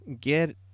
get